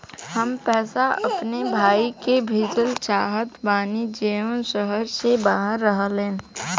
हम पैसा अपने भाई के भेजल चाहत बानी जौन शहर से बाहर रहेलन